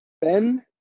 Ben